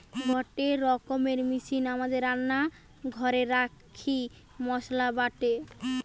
গটে রকমের মেশিন আমাদের রান্না ঘরে রাখি মসলা বাটে